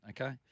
okay